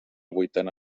vuitena